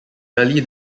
early